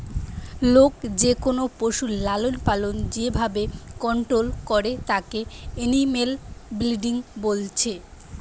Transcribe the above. লোক যেকোনো পশুর লালনপালন যে ভাবে কন্টোল করে তাকে এনিম্যাল ব্রিডিং বলছে